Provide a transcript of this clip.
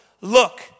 look